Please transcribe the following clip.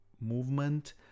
movement